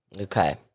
Okay